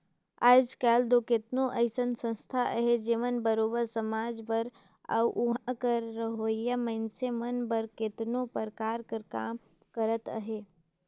आएज काएल दो केतनो अइसन संस्था अहें जेमन बरोबेर समाज बर अउ उहां कर रहोइया मइनसे मन बर केतनो परकार कर काम करत अहें